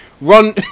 run